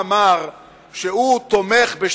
קודם כול,